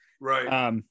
Right